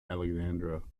alexandra